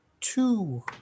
two